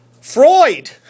Freud